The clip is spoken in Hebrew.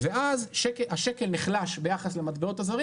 ואז השקל נחלש ביחס למטבעות הזרים